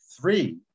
three